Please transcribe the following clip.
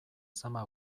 zama